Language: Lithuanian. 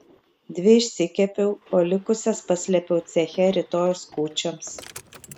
dvi išsikepiau o likusias paslėpiau ceche rytojaus kūčioms